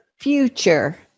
future